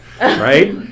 Right